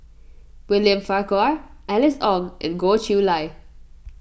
William Farquhar Alice Ong and Goh Chiew Lye